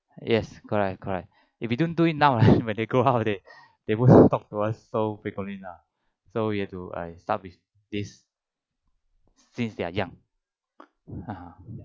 yes correct correct if we don't do it now right when they grown up they would not talk to us so frequently lah so you have to like start with this since they are young (uh huh)